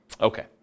Okay